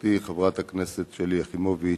חברתי חברת הכנסת שלי יחימוביץ,